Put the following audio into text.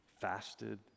Fasted